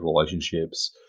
relationships